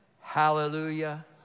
Hallelujah